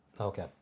Okay